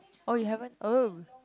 oh you haven't oh